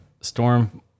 Storm